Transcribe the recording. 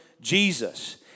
Jesus